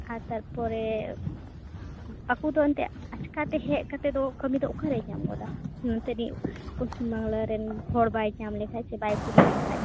ᱟᱨ ᱛᱟᱨᱯᱚᱨᱮ ᱟᱠᱚᱫᱚ ᱮᱱᱛᱮᱫ ᱟᱪᱠᱟ ᱦᱮᱡ ᱠᱟᱛᱮᱫ ᱫᱚ ᱠᱟᱹᱢᱤ ᱫᱚ ᱚᱠᱟᱨᱮᱭ ᱧᱟᱢ ᱜᱚᱫᱟ ᱱᱚᱱᱛᱮ ᱨᱤᱡ ᱯᱚᱥᱪᱤᱢ ᱵᱟᱝᱞᱟ ᱨᱮᱱ ᱦᱚᱲ ᱵᱟᱭ ᱧᱟᱢ ᱞᱮᱠᱷᱟᱡ ᱥᱮ ᱵᱟᱭ ᱠᱩᱞᱤ ᱞᱮᱠᱷᱟᱡ